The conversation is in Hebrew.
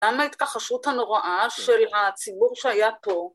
‫למה ההתכחשות הנוראה ‫של הציבור שהיה פה?